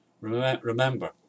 Remember